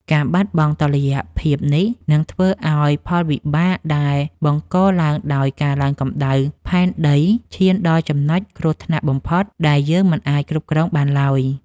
ការបាត់បង់តុល្យភាពនេះ នឹងធ្វើឱ្យផលវិបាកដែលបង្កឡើងដោយការឡើងកម្ដៅផែនដី ឈានដល់ចំណុចគ្រោះថ្នាក់បំផុតដែលយើងមិនអាចគ្រប់គ្រងបានឡើយ។